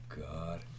God